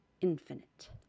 infinite